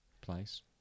place